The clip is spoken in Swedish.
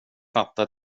fatta